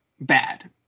bad